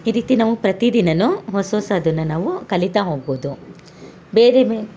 ಈ ರೀತಿ ನಾವು ಪ್ರತಿ ದಿನನು ಹೊಸ ಹೊಸದನ್ನು ನಾವು ಕಲಿತಾ ಹೋಗ್ಬೌದು ಬೇರೆ ಬೇ